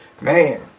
Man